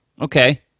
Okay